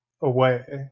away